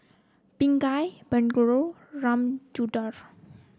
Pingali Bellur Ramchundra